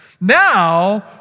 Now